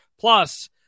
Plus